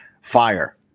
fire